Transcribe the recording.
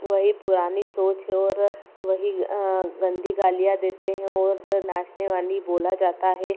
वही पुरानी सोच है और वही गन्दी गालियाँ देते हैं और नाचनेवाली बोला जाता है